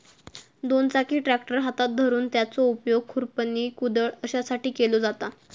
दोन चाकी ट्रॅक्टर हातात धरून त्याचो उपयोग खुरपणी, कुदळ अश्यासाठी केलो जाता